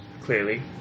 clearly